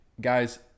guys